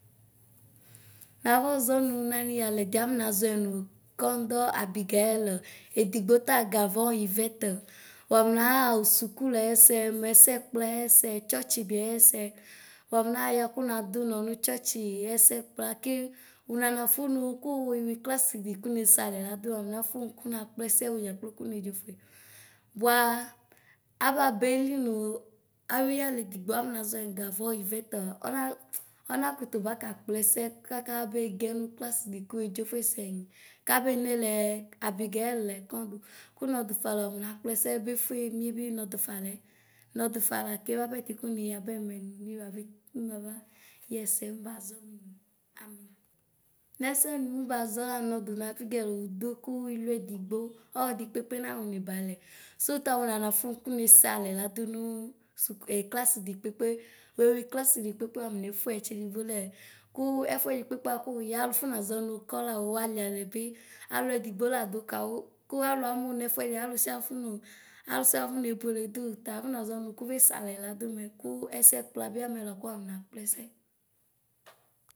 Nafɔʒɔnu naniyalɛ diafɔnaʒɔɛ nu kɔŋdɔ abigaɛl, edigbota gavɔŋ ivɛtɔ. Waɔnaɣaɔ sukulɛsɛ, mɛsɛkplaɛsɛ, tsɔtsibiaɛsɛ. Wafɔnaya kunadunɔ nutsɔtsi ɛsɛkpla ke. Unanafu nuku wuewi klasli kune sealɛ ladu, wuaɔnafu nu kunaplɛsɛ wudʒa kplo kune ɖzofue. Buaa ababeeli nu awiyaledigbo afɔnaʒɔɛ n gavɔ ivɛtɔ ɔna ɔna kutu baka kplɛsɛ kaka abeye n klasli ku wuedʒofue senyi; kabenelɛ abigaɛl lɛ ku nydufa unakplɛsɛ befuemie bu nɔduƒa lɛ. Nɔdufa lake bapɛ ti ku nkyabɛmɛ nnimabe nmaba yɛsɛ mbaʒɔ nu anu. Nɛsɛ nnbaʒɔanɔ du abigɛl udu ku iluedigno ɔlɔdipkekpe nawini balɛ suta unanafy nukune sealɛ ladu nuu suk klass dɩ kpekpe wewi klass di kpekpe wuafonefue etsedigbo laɛ; kuu ɛƒuɛdikpekpe kuu ya afɔnaʒɔ nukɔlawu waliabi, alɔdigboladu kawu ku aluamu nɛƒuɛdi alusiaƒunu – alusialu ƒunebuele duωu tafɔnaʒɔ nu kufese alɛla ɖumɛ, kuu ɛsɛ kpla biamɛla kuwuafyna kplɛsɛ.